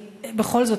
אז בכל זאת,